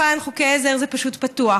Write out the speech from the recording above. ושם בכלל אין חוקי עזר, זה פשוט פתוח.